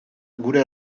gure